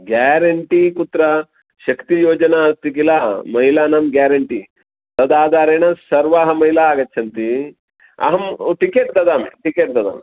guarantee कुत्र शक्तियोजना अस्ति किल महिलानां ग्यारण्टी तद् आधारेण सर्वाः महिलाः आगच्छन्ति अहं टिकेट् ददामि टिकेट् ददामि